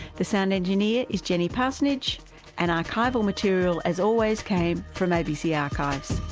the sound engineer is jenny parsonage and archival material as always, came from abc archives.